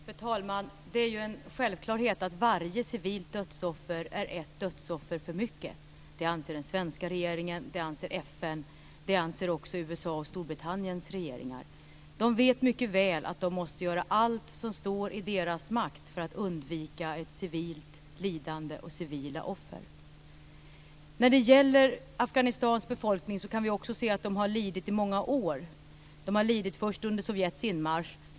Fru talman! Det är ju en självklarhet att varje civilt dödsoffer är ett dödsoffer för mycket. Det anser den svenska regeringen. Det anser FN. Det anser också USA:s och Storbritanniens regeringar. De vet mycket väl att de måste göra allt som står i deras makt för att undvika ett civilt lidande och civila offer. När det gäller Afghanistans befolkning kan vi också se att den har lidit i många år. Den led först under Sovjets inmarsch.